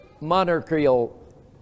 monarchical